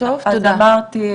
אז אמרתי,